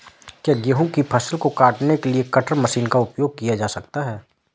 क्या गेहूँ की फसल को काटने के लिए कटर मशीन का उपयोग किया जा सकता है?